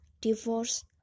divorce